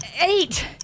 Eight